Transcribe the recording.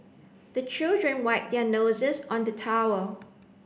the children wipe their noses on the towel